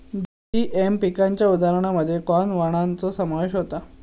GM पिकांच्या उदाहरणांमध्ये corn वाणांचो समावेश होता